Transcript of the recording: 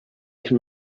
can